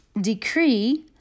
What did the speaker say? decree